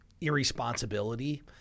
irresponsibility